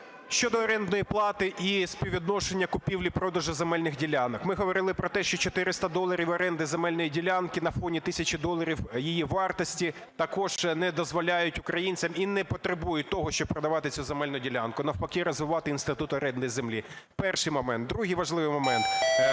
Щодо орендної плати і співвідношення купівлі-продажу земельних ділянок. Ми говорили про те, що 400 доларів оренди земельної ділянки на фоні тисячі доларів її вартості також не дозволяють українцям і не потребують того, щоб продавати цю земельну ділянку, а навпаки, розвивати інститут оренди землі. Перший момент. Другий важливий момент.